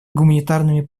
гуманитарными